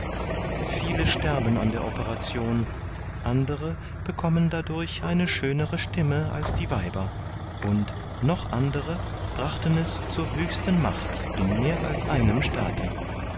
viele sterben an der operation andere bekommen dadurch eine schönere stimme als die weiber und noch andere brachten es zur höchsten macht in mehr als einem staate